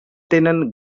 tenen